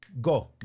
go